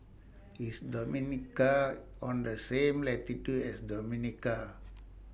IS Dominica on The same latitude as Dominica